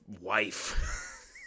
wife